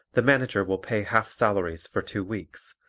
the manager will pay half salaries for two weeks,